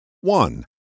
One